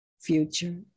future